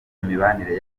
imibanire